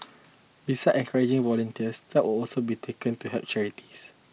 beside encouraging volunteers step also be taken to help charities